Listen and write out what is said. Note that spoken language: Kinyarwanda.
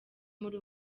muri